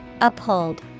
Uphold